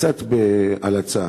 קצת בהלצה.